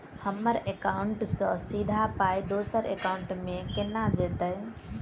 हम्मर एकाउन्ट सँ सीधा पाई दोसर एकाउंट मे केना जेतय?